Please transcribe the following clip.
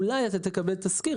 אולי תקבל תזכיר.